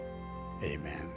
amen